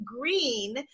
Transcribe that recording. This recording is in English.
green